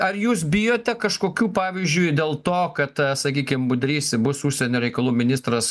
ar jūs bijote kažkokių pavyzdžiui dėl to kad sakykim budrys bus užsienio reikalų ministras